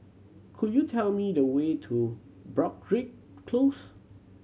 could you tell me the way to Broadrick Close